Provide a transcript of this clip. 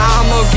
I'ma